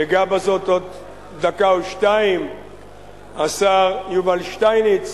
אגע בזאת עוד דקה או שתיים, השר יובל שטייניץ,